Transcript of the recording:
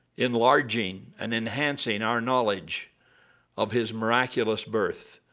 enlarging and enhancing our knowledge of his miraculous birth,